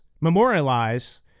memorialize